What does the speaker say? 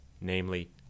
namely